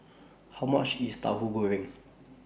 How much IS Tahu Goreng